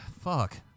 Fuck